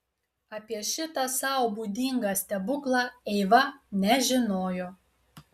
apie šitą sau būdingą stebuklą eiva nežinojo